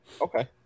Okay